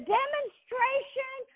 demonstration